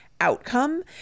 outcome